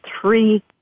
three